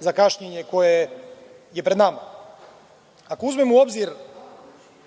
za kašnjenje koje je pred nama. Ako uzmemo u obzir